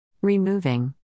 Removing